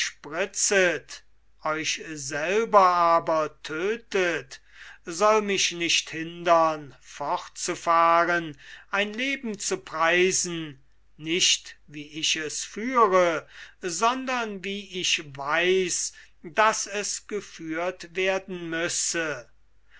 euch tödtet soll mich nicht hindern fortzufahen ein leben zu preisen nicht wie ich es führe sondern wie ich weiß daß es geführt werden müsse